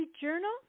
journal